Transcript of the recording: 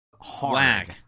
hard